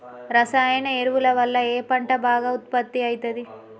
రసాయన ఎరువుల వల్ల ఏ పంట బాగా ఉత్పత్తి అయితది?